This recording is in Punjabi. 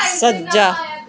ਸੱਜਾ